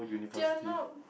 dare not